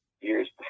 years